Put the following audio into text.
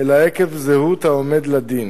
אלא עקב זהות העומד לדין,